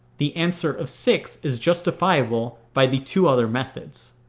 the answer of six is justifiable by the two other methods.